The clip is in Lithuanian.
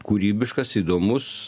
kūrybiškas įdomus